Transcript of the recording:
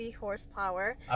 horsepower